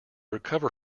recover